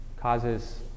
causes